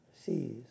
sees